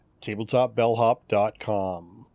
TabletopBellhop.com